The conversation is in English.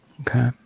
Okay